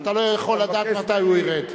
אתה לא יכול לדעת מתי הוא ירד.